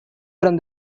from